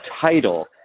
title